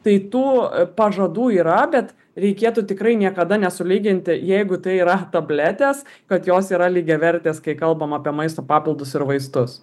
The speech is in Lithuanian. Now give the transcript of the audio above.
tai tų pažadų yra bet reikėtų tikrai niekada nesulyginti jeigu tai yra tabletės kad jos yra lygiavertės kai kalbam apie maisto papildus ir vaistus